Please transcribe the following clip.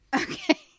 Okay